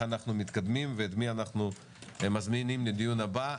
אנחנו מתקדמים ואת מי אנחנו מזמינים לדיון הבא.